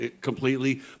completely